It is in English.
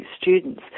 students